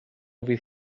fydd